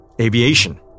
aviation